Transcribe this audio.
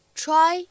，try